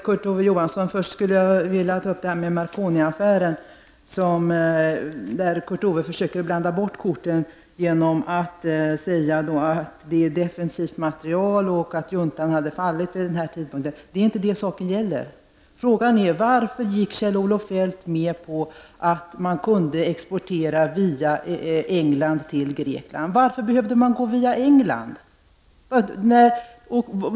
Herr talman! Först skulle jag, Kurt Ove Johansson, vilja ta upp Marconiaffären. Kurt Ove Johansson fösöker här blanda bort korten genom att säga att det handlar om defensiv materiel och att juntan hade fallit vid den aktuella tidpunkten. Men det är inte det som saken gäller, utan frågan är: Varför gick Kjell-Olof Feldt med på export till Grekland via England? Varför skulle man behöva gå via England?